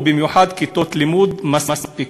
ובמיוחד כיתות לימוד מספיקות.